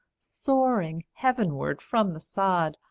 soaring heavenward from the sod,